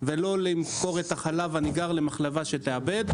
לא למכור את החלב הניגר למחלבה שתעבד.